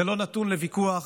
זה לא נתון לוויכוח,